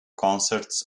concerts